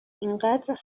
اینقدر